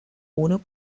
ohne